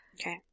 Okay